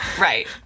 Right